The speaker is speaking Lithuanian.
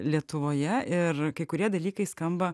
lietuvoje ir kai kurie dalykai skamba